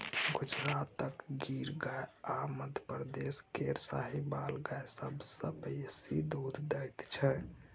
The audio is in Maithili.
गुजरातक गिर गाय आ मध्यप्रदेश केर साहिबाल गाय सबसँ बेसी दुध दैत छै